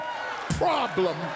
problem